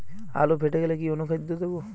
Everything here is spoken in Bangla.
আলু ফেটে গেলে কি অনুখাদ্য দেবো?